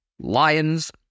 Lions